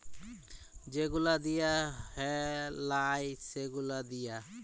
যে গুলা দিঁয়া হ্যয় লায় সে গুলা দিঁয়া